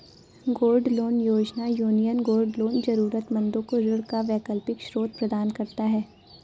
gold loan योजना, Union gold loan जरूरतमंदों को ऋण का वैकल्पिक स्रोत प्रदान करता है